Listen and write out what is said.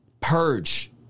purge